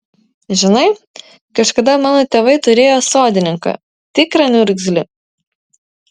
žinai kažkada mano tėvai turėjo sodininką tikrą niurgzlį